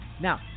now